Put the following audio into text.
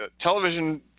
television